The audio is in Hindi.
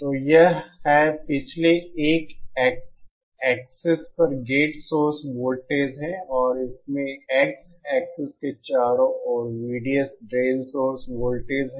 तो यह है पिछले 1 एक्स एक्सिस पर गेट सोर्स वोल्टेज है और इसमें एक्स एक्सिस के चारों ओर VDS ड्रेन सोर्स वोल्टेज है